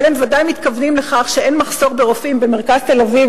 אבל הם ודאי מתכוונים לכך שאין מחסור ברופאים במרכז תל-אביב,